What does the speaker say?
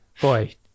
boy